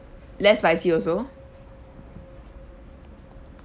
less spicy also